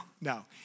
no